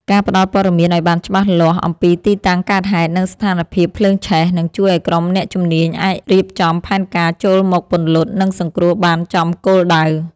ការផ្ដល់ព័ត៌មានឱ្យបានច្បាស់លាស់អំពីទីតាំងកើតហេតុ និងស្ថានភាពភ្លើងឆេះ នឹងជួយឱ្យក្រុមអ្នកជំនាញអាចរៀបចំផែនការចូលមកពន្លត់ និងសង្គ្រោះបានចំគោលដៅ។